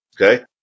okay